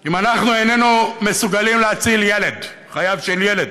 אם אנחנו איננו מסוגלים להציל את חייו של ילד?